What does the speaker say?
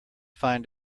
find